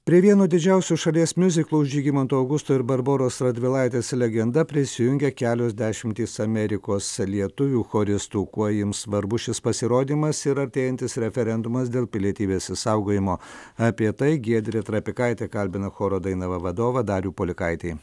prie vieno didžiausių šalies miuziklo žygimanto augusto ir barboros radvilaitės legenda prisijungė kelios dešimtys amerikos lietuvių choristų kuo jiems svarbus šis pasirodymas ir artėjantis referendumas dėl pilietybės išsaugojimo apie tai giedrė trapikaitė kalbina choro dainava vadovą darių polikaitį